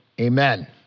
amen